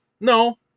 no